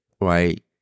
right